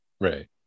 Right